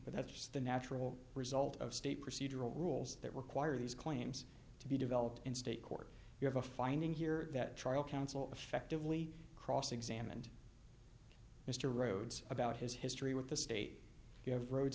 but that's the natural result of state procedural rules that require these claims to be developed in state court you have a finding here that trial counsel effectively cross examined mr rhodes about his history with the state you have ro